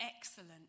excellent